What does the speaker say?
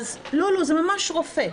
לא, זה ממש רופא.